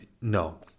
no